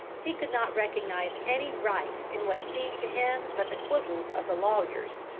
he could not recognise any right in what seemed to him but the quibbles of the lawyers.